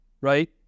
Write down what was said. right